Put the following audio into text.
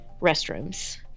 restrooms